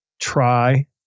try